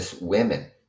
women